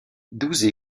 douze